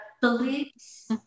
beliefs